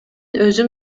өзүм